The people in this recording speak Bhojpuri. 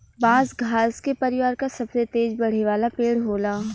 बांस घास के परिवार क सबसे तेज बढ़े वाला पेड़ होला